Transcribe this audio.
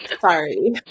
sorry